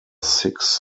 six